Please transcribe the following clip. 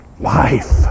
life